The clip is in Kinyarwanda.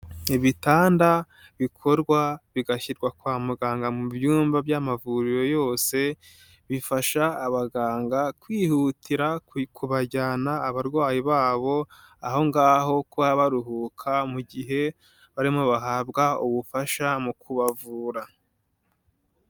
Ibitanda bikorwa bigashyirwa kwa muganga mu byumba by'amavuriro yose, bifasha abaganga kwihutira kubajyana abarwayi babo aho ngaho kuba baruhuka mu gihe barimo bahabwa ubufasha mu kubavura.